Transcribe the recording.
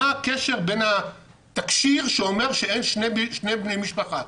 מה הקשר בין התקשי"ר שאומר שאין בני משפחה?